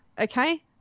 okay